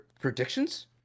predictions